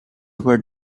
where